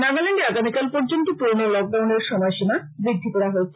নাগালেন্ডে আগামীকাল পর্যন্ত পূর্ন লকডাউনের সময়সীমা বৃদ্ধি করা হয়েছে